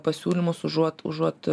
pasiūlymus užuot užuot